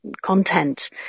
content